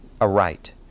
aright